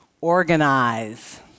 organize